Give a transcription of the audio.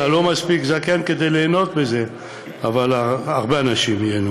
אתה לא מספיק זקן כדי ליהנות מזה אבל הרבה אנשים ייהנו.